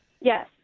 Yes